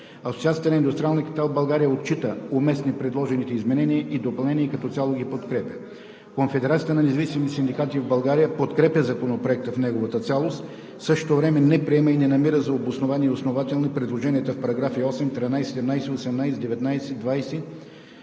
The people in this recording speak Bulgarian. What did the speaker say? Асоциацията на индустриалния капитал в България отчита за уместни предложените изменения и допълнения и като цяло ги подкрепя. Конфедерацията на независимите синдикати в България подкрепя Законопроекта в неговата цялост. В същото време не приема и не намира за обосновани и основателни предложенията в параграфи 8, 13, 17, 18, 19, 20,